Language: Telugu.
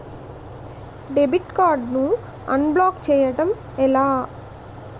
డెబిట్ కార్డ్ ను అన్బ్లాక్ బ్లాక్ చేయటం ఎలా?